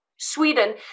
Sweden